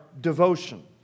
devotion